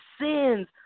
sins